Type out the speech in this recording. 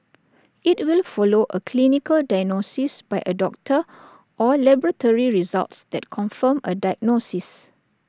IT will follow A clinical diagnosis by A doctor or laboratory results that confirm A diagnosis